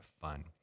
fun